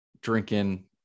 drinking